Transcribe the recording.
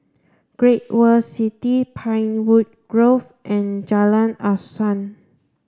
Great World City Pinewood Grove and Jalan Asuhan